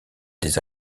des